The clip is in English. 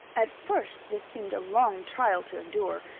at first, this seemed a long trial to endure,